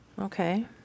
Okay